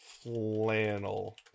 flannel